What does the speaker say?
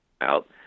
out